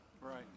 Right